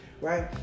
right